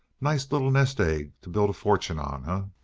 nice little nest egg to build a fortune on, ah?